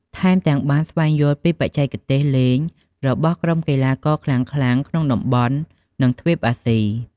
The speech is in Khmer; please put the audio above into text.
ថែមទាំងបានស្វែងយល់ពីបច្ចេកទេសលេងរបស់ក្រុមកីឡាករខ្លាំងៗក្នុងតំបន់ និងទ្វីបអាស៊ី។